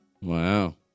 Wow